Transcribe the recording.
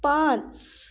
पाच